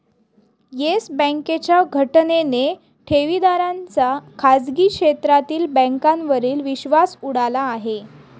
yes बँकेच्या घटनेने ठेवीदारांचा खाजगी क्षेत्रातील बँकांवरील विश्वास उडाला आहे